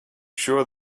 sure